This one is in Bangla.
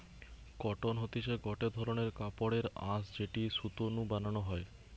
কটন হতিছে গটে ধরণের কাপড়ের আঁশ যেটি সুতো নু বানানো হয়